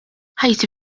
ħajti